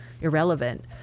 irrelevant